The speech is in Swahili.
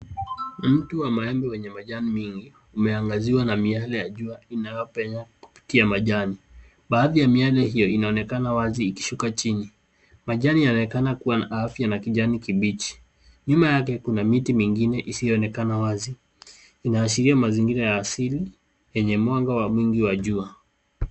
Mti wa maembe wenye majani mingi umeangaziwa na miale ya jua inayopenya kupitia majani. Baadhi ya miale hiyo inaonekana wazi ikishuka chini. Majani yanaonekana kuwa na afya na kijani kibichi. Nyuma yake kuna miti mingine isiyoonekana wazi. Inaashiria mazingira ya asili yenye mwanga wa wingi wa jua.